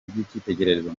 by’icyitegererezo